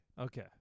Okay